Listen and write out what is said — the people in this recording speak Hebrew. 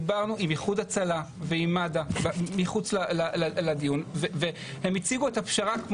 דיברנו על איחוד הצלה ועם מד"א מחוץ לדיון והם הציגו את הפשרה.